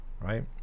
Right